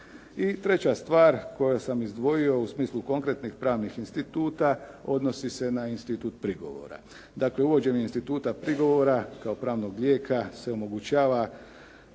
treća stvar koju sam izdvojio u smislu konkretnih pravnih instituta, odnosi se na institut prigovora. Dakle, uvođenje instituta prigovora kao pravnog lijeka se omogućava